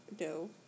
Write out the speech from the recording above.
No